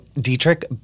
Dietrich